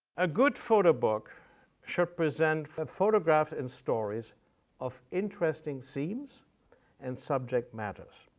a good photo book should present photographs and stories of interesting scenes and subject matters,